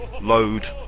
load